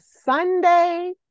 Sunday